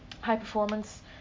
high-performance